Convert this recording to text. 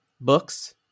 Books